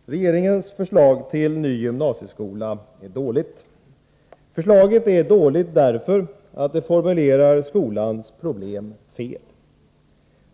Herr talman! Regeringens förslag till ny gymnasieskola är dåligt. Förslaget är dåligt därför att det formulerar skolans problem fel.